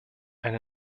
ein